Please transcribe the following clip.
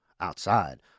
outside